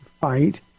fight